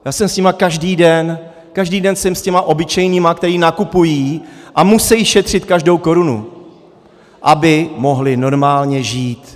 Já jsem s nimi každý den, každý den jsem s těmi obyčejnými, kteří nakupují a musí šetřit každou korunu, aby mohli normálně žít.